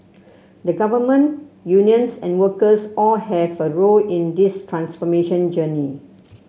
the Government unions and workers all have a role in this transformation journey